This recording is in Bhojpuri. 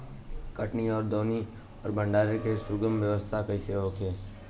कटनी और दौनी और भंडारण के सुगम व्यवस्था कईसे होखे?